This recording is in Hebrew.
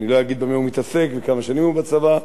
לא אגיד במה הוא מתעסק וכמה שנים הוא בצבא,